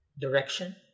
direction